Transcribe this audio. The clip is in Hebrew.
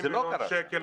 150 מיליון שקלים,